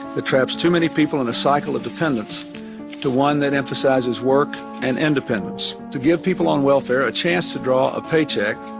that traps too many people in a cycle of dependence to one that emphasizes work and independence. to give people on welfare a chance to draw a paycheck,